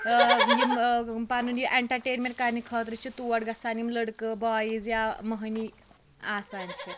یِم پَنُن یہِ ایٚٹَرٹینمنٹ کَرنہٕ خٲطرٕ چھِ تور گَژھان یِم لڑکہٕ بایِز یا مہنی آسان چھِ